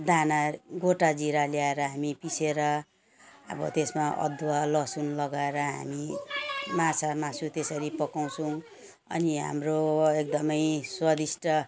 दाना गोटा जिरा ल्याएर हामी पिसेर अब त्यसमा अदुवा लसुन लगाएर हामी माछा मासु त्यसरी पकाउँछौँ अनि हाम्रो एकदमै स्वादिष्ट